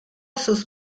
sus